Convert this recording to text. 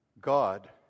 God